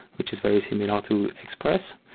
which is very similar to express.